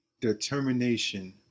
Determination